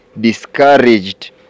discouraged